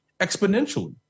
exponentially